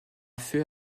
feu